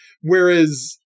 Whereas